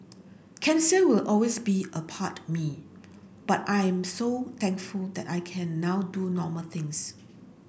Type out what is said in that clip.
cancer will always be a part me but I am so thankful that I can now do normal things